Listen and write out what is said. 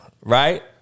Right